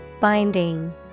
Binding